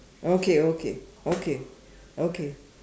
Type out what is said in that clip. okay okay okay okay